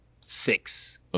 six